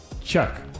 Chuck